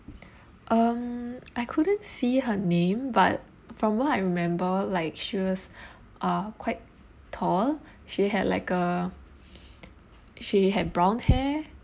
um I couldn't see her name but from what I remember like she was uh quite tall she had like uh she had brown hair